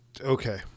Okay